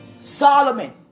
Solomon